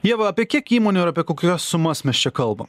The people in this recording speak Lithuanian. ieva apie kiek įmonių ir apie kokias sumas mes čia kalbam